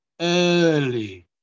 early